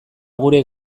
gure